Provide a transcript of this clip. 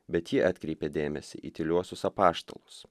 bet ji atkreipė dėmesį į tyliuosius apaštalus